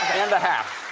and a half.